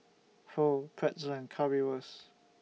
Pho Pretzel and Currywurst